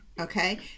Okay